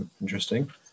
Interesting